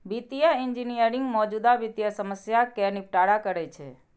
वित्तीय इंजीनियरिंग मौजूदा वित्तीय समस्या कें निपटारा करै छै